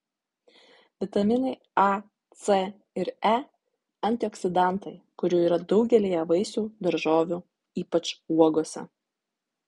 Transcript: vitaminai a c ir e antioksidantai kurių yra daugelyje vaisių daržovių ypač uogose